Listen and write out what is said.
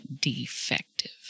defective